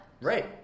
Right